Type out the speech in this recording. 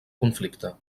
conflicte